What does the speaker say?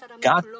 God